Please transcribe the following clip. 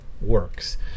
works